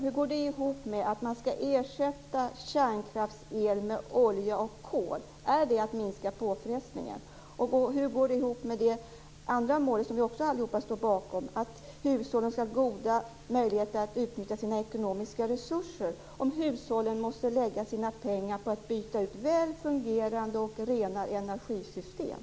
Hur går det ihop med att man skall ersätta kärnkraftsel med olja och kol? Är det att minska påfrestningen på miljön? Hur går det ihop med de andra mål som vi alla står bakom, att hushållen skall ha goda möjligheter att utnyttja sina ekonomiska resurser om hushållen måste lägga sina pengar på att byta ut välfungerande och rena energisystem?